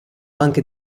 anche